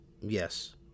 Yes